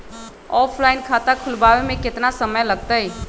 Offline खाता खुलबाबे में केतना समय लगतई?